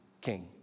king